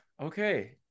Okay